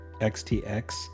XTX